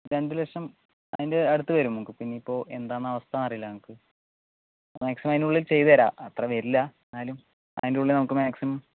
രണ്ടു ലക്ഷം അതിൻ്റെ അടുത്ത് വരും നമുക്ക് ഇനി ഇപ്പോൾ എന്താണ് അവസ്ഥ അറിയില്ല നമുക്ക് മാക്സിമം അതിനുള്ളിൽ ചെയ്ത് തരാം അത്രയും വരില്ല എന്നാലും അതിൻ്റെ ഉള്ളിൽ നമുക്ക് മാക്സിമം